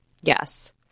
Yes